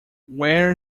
where